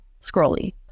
scrolly